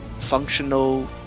functional